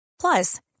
Plus